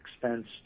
expense